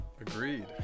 Agreed